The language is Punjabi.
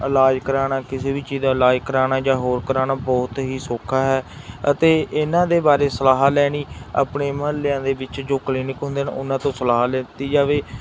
ਇਲਾਜ ਕਰਾਉਣਾ ਕਿਸੇ ਵੀ ਚੀਜ਼ ਦਾ ਇਲਾਜ ਕਰਾਉਣਾ ਜਾਂ ਹੋਰ ਕਰਾਉਣਾ ਬਹੁਤ ਹੀ ਸੌਖਾ ਹੈ ਅਤੇ ਇਹਨਾਂ ਦੇ ਬਾਰੇ ਸਲਾਹ ਲੈਣੀ ਆਪਣੇ ਮੁਹੱਲਿਆਂ ਦੇ ਵਿੱਚ ਜੋ ਕਲੀਨਿਕ ਹੁੰਦੇ ਹਨ ਉਹਨਾਂ ਤੋਂ ਸਲਾਹ ਲੇਤੀ ਜਾਵੇ